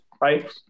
Right